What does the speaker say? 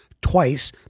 twice